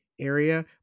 area